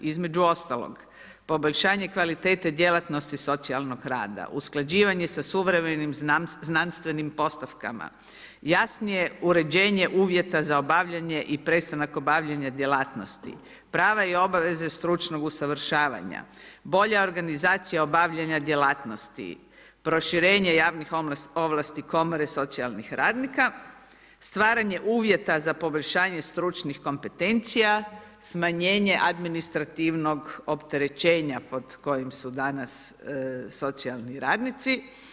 Između ostalog poboljšanje kvalitete djelatnosti socijalnog rada, usklađivanje sa suvremenim znanstvenim postavkama, jasnije uređenje uvjeta za obavljanje i prestanak obavljanja djelatnosti, prava i obaveze stručnog usavršavanja, bolja organizacija obavljanja djelatnosti, proširenje javnih ovlasti komore socijalnih radnika, stvaranje uvjeta za poboljšanje stručnih kompetencija, smanjenje administrativnog opterećenja pod kojim su danas socijalni radnici.